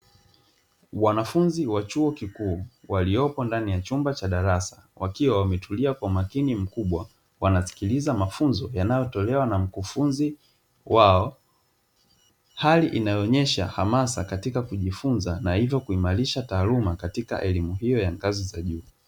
Wanafunzi wa chuo kikuu waliopo ndani ya chumba cha darasa, wakiwa wametulia kwa umakini mkubwa wanasikiliza mafunzo yanayotolewa na mkufunzi wao, hali inayoonesha hamasa katika kujifunza na hivyo kuimarisha taaluma katika elimu hiyo ya kazi hiyo.